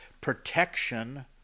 protection